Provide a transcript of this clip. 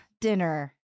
dinner